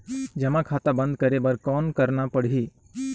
जमा खाता बंद करे बर कौन करना पड़ही?